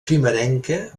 primerenca